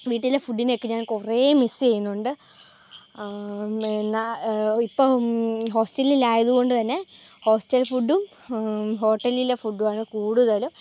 വീട്ടിലെ ഫുഡ്ഡിനെയൊക്കെ ഞാൻ കുറേ മിസ്സ് ചെറ്റയ്യുന്നുണ്ട് എന്നാൽ ഇപ്പം ഹോസ്റ്റലിൽ ആയതുകൊണ്ട് തന്നെ ഹോസ്റ്റൽ ഫുഡ്ഡും ഹോട്ടലിലെ ഫുഡ്ഡുമാണ് കൂടുതൽ